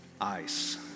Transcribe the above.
ice